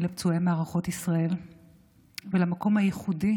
לפצועי מערכות ישראל ואת מקום הייחודי